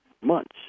months